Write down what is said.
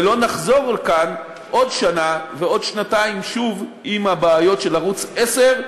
ולא נחזור לכאן עוד שנה ועוד שנתיים שוב עם הבעיות של ערוץ 10,